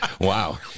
Wow